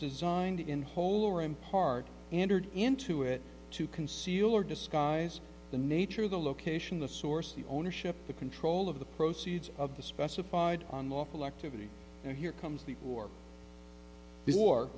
designed in whole or in part entered into it to conceal or discuss the nature of the location the source of the ownership the control of the proceeds of the specified unlawful activity and here comes the war